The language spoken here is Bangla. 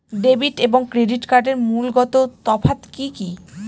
ডেবিট এবং ক্রেডিট কার্ডের মূলগত তফাত কি কী?